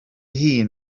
hun